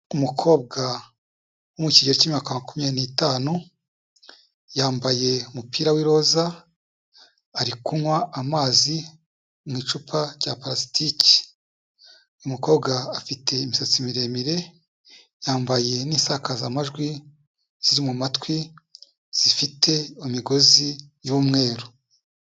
Umukobwa wo mu kigero cy'imyaka makumya n'itanu, yambaye umupira w'iroza, ari kunywa amazi mu icupa rya parasitiki. Umukobwa afite imisatsi miremire, yambaye n'insakazamajwi ziri mu matwi zifite imigozi y'umweru.